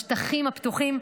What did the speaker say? בשטחים הפתוחים,